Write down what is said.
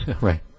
Right